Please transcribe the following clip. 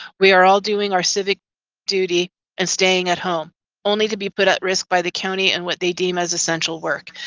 we are all doing our civic duty and staying at home only to be put at risk by the county and what they deem as essential work.